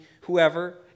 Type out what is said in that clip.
whoever